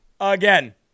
again